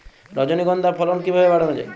রজনীগন্ধা ফলন কিভাবে বাড়ানো যায়?